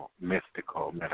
mystical